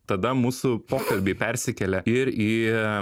tada mūsų pokalbiai persikėlė ir į